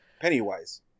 Pennywise